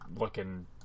looking